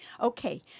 okay